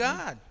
God